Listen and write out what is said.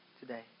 today